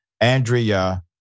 Andrea